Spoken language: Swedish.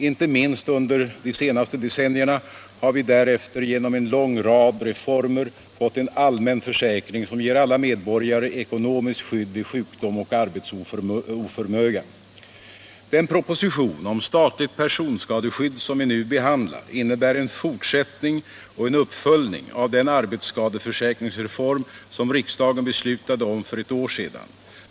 Inte minst under de senaste decennierna har vi därefter genom en lång rad reformer fått en allmän försäkring som ger alla medborgare ekonomiskt skydd vid sjukdom och arbetsoförmåga. Den proposition om statligt personskadeskydd som vi nu behandlar innebär en fortsättning och en uppföljning av den arbetskadeförsäkringsreform som riksdagen beslutade om för ett år sedan.